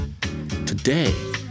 today